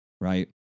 right